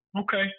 Okay